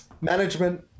management